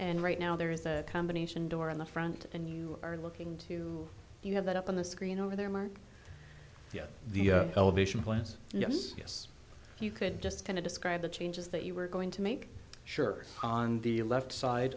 and right now there is a combination door in the front and you are looking to you have that up on the screen over there mark the elevation plans yes yes you could just kind of describe the changes that you were going to make sure on the left side